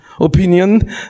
opinion